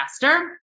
faster